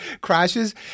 crashes